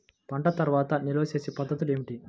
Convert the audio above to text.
పంట తర్వాత నిల్వ చేసే పద్ధతులు ఏమిటి?